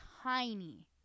Tiny